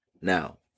now